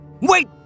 Wait